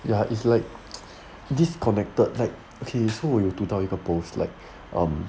ya is like disconnected like okay so 我有读到一个 post like um